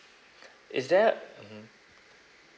is there mmhmm